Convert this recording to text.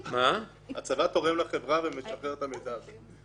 הצבא תורם לחברה ומשחרר את המידע הזה,